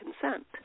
consent